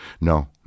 No